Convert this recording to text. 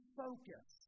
focus